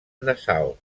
nassau